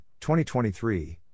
2023